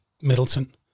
Middleton